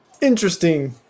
Interesting